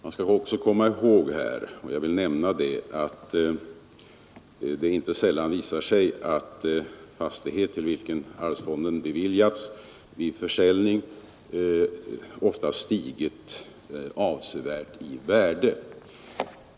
Man skall också komma ihåg att det inte så sällan visar sig att fastighet, till vilken medel beviljats ur allmänna arvsfonden, vid försäljning har stigit avsevärt i värde.